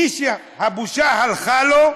מי שהבושה הלכה לו,